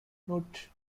note